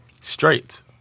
straight